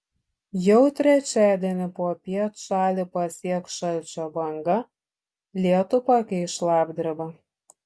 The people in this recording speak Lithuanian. jau trečiadienį popiet šalį pasieks šalčio banga lietų pakeis šlapdriba